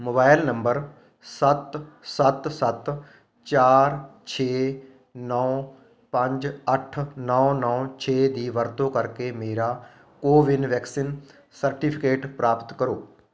mobile number ਸੱਤ ਸੱਤ ਸੱਤ ਚਾਰ ਛੇ ਨੌ ਪੰਜ ਅੱਠ ਨੌ ਨੌ ਛੇ ਦੀ ਵਰਤੋਂ ਕਰਕੇ ਮੇਰਾ ਕੋਵਿਨ ਵੈਕਸੀਨ ਸਰਟੀਫਿਕੇਟ ਪ੍ਰਾਪਤ ਕਰੋ